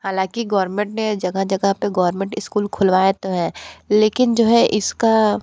हालांकि गौरमेट ने जगह जगह पर गौरमेंट इसकूल खुलवाएं तो है लेकिन जो है इसका